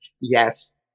Yes